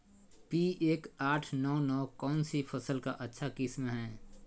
P एक आठ नौ नौ कौन सी फसल का अच्छा किस्म हैं?